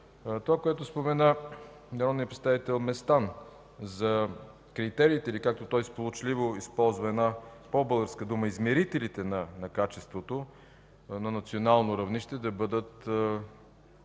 Това, което спомена народният представител Местан за критериите, или както той сполучливо използва една по-българска дума, „измерителите” на качеството на национално равнище да бъдат